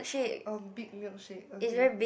um big milkshake okay